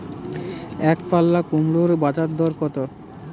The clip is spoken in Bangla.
একপাল্লা কুমড়োর বাজার দর কত?